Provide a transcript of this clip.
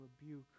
rebuke